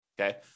okay